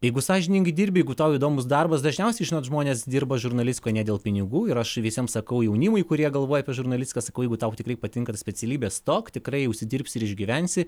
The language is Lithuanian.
jeigu sąžiningai dirbi jeigu tau įdomus darbas dažniausiai žinot žmonės dirba žurnalistu kone dėl pinigų ir aš visiems sakau jaunimui kurie galvoja apie žurnalistiką sakau jeigu tau tikrai patinka specialybė stok tikrai užsidirbsi ir išgyvensi